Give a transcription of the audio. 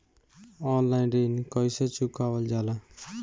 Online ऋण कईसे चुकावल जाला?